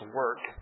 work